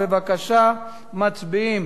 בקריאה ראשונה.